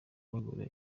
bagura